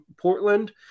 Portland